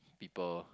people